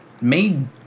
made